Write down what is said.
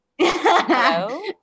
Hello